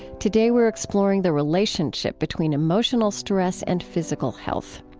today, we're exploring the relationship between emotional stress and physical health.